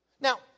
Now